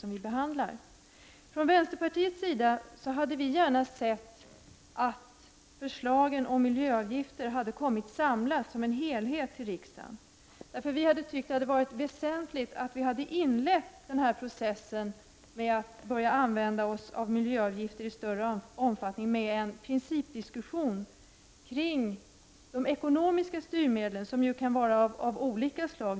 Vi hade gärna sett från vänsterpartiets sida att förslagen om miljöavgifter hade kommit samlade som en helhet till riksdagen. Det hade varit väsentligt att inleda denna process med en principdiskussion om användandet av miljöavgifter i större omfattning och andra ekonomiska styrmedel, som kan vara av olika slag.